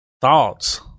Thoughts